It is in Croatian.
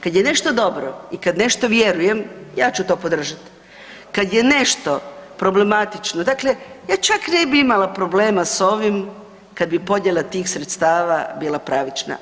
Kada je nešto dobro i kad nešto vjerujem, ja ću podržat, kad je nešto problematično, dakle ja čak ne bi imala problema s ovim kad bi podjela tih sredstava bila pravična.